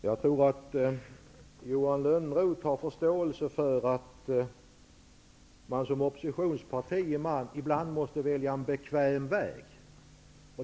Herr talman! Jag tror att Johan Lönnroth har förståelse för att man som oppositionsparti ibland måste välja en bekväm väg.